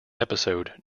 episode